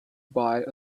buy